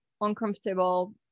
uncomfortable